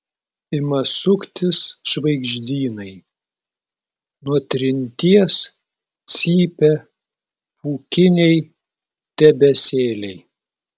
ima suktis žvaigždynai nuo trinties cypia pūkiniai debesėliai